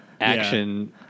action